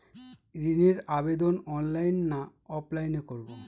ঋণের আবেদন অনলাইন না অফলাইনে করব?